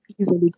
easily